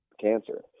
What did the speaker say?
cancer